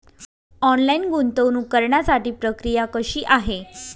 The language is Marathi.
ऑनलाईन गुंतवणूक करण्यासाठी प्रक्रिया कशी आहे?